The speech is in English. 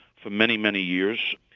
for many, many years.